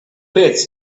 pit